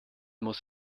muss